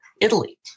Italy